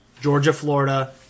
Georgia-Florida